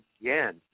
again